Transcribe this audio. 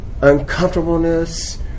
uncomfortableness